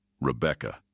Rebecca